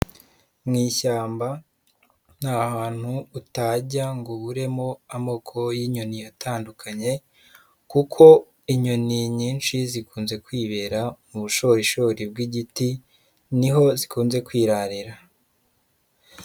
Mu ishyamba ni ahantu utajya ngo uburemo amoko y'inyoni atandukanye kuko inyoni nyinshi zikunze kwibera mu bushorishori bw'igiti, niho zikunze kwirarira.